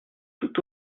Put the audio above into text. tout